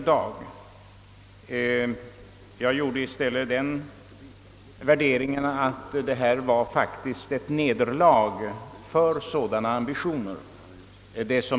I stället gjorde jag den värderingen att vad som kommer utgör ett nederlag för sådana ambitioner.